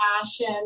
passion